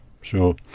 Sure